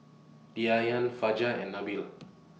Diyana Fajar and Nabil